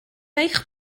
eich